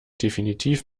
definitiv